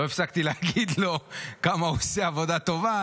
לא הפסקתי להגיד לו כמה הוא עושה עבודה טובה.